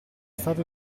stato